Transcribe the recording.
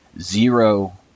zero